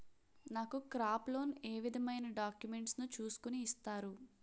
నాకు crop loan ఏ విధమైన డాక్యుమెంట్స్ ను చూస్కుని ఇస్తారు?